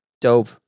Dope